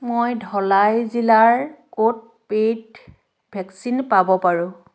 মই ধলাই জিলাৰ ক'ত পে'ইড ভেকচিন পাব পাৰোঁ